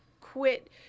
quit